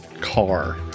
car